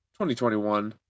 2021